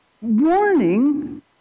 warning